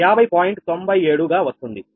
97 గా వస్తుంది